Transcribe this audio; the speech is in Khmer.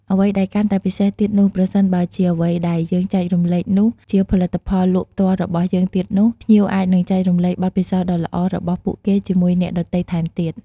អ្វីដែលកាន់តែពិសេសទៀតនោះ ប្រសិនបើជា អ្វីដែលយើងចែករំលែកនោះ ជាផលិតផលលក់ផ្ទាល់របស់យើងទៀតនោះ ភ្ញៀវអាចនឹងចែករំលែកបទពិសោធន៍ដ៏ល្អរបស់ពួកគេជាមួយអ្នកដទៃថែមទៀត។